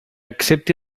accepti